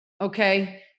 okay